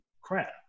crap